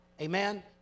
Amen